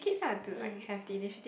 mm